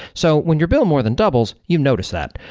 so when your bill more than doubles, you notice that.